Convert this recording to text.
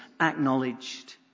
acknowledged